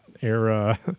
era